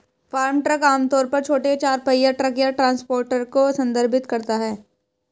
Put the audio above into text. farm truck आम तौर पर छोटे चार पहिया ट्रक या ट्रांसपोर्टर को संदर्भित करता है